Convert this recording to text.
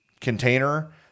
container